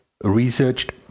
researched